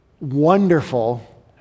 wonderful